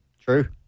True